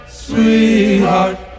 sweetheart